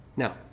Now